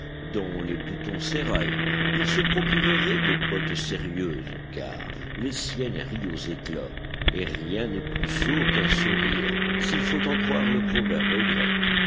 dont les boutons s'éraillent il se procurerait des bottes sérieuses car les siennes rient aux éclats et rien n'est plus sot qu'un sot rire s'il faut en croire le proverbe grec